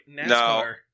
NASCAR